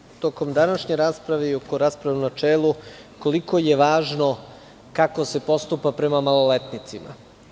Pričali smo tokom današnje rasprave i oko rasprave u načelu koliko je važno kako se postupa prema maloletnicima.